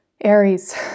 Aries